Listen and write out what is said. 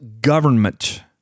government